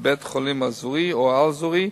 בית-החולים האזורי או העל-אזורי,